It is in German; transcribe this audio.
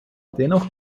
dennoch